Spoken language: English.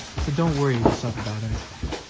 so don't worry yourself about anything,